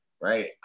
right